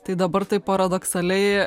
tai dabar taip paradoksaliai